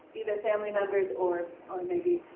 either family members or or maybe